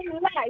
life